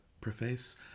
preface